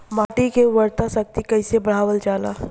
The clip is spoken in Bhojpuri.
माटी के उर्वता शक्ति कइसे बढ़ावल जाला?